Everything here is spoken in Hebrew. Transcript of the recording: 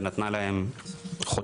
ונתנה להם חודשיים,